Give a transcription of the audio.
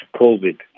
COVID